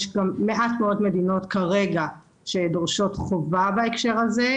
יש מעט מאוד מדינות כרגע שדורשות חובה בהקשר הזה.